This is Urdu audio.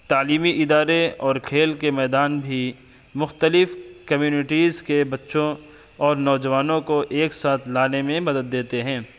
تعلیمی ادارے اور کھیل کے میدان بھی مختلف کمیونٹیز کے بچوں اور نوجوانوں کو ایک ساتھ لانے میں مدد دیتے ہیں